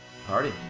Party